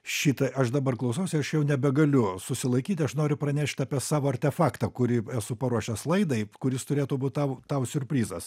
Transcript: šitai aš dabar klausausi aš jau nebegaliu susilaikyti noriu pranešt apie savo artefaktą kurį esu paruošęs laidai kuris turėtų būt tau tau siurprizas